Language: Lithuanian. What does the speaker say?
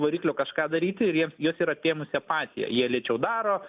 variklio kažką daryti ir jiems juos yra apėmusi apatija jie lėčiau daro